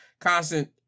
constant